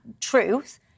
truth